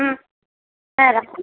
হুম হ্যাঁ রাখুন